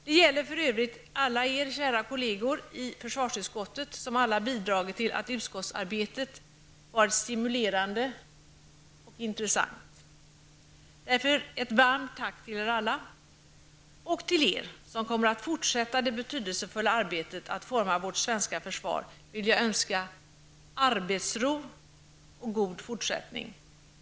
Detta gäller förövrigt alla er, kära kolleger i försvarsutskottet, som alla bidragit till att utskottsarbetet varit stimulerande och intressant. Därför ett varmt tack till er alla. Och till er som kommer att fortsätta det betydelsefulla arbetet att forma vårt svenska försvar vill jag önska arbetsro och god fortsättning.